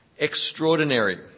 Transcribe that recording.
Extraordinary